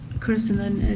chris and and